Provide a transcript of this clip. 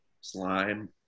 slime